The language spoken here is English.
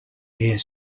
air